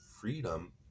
freedom